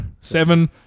seven